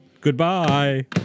Goodbye